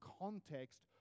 context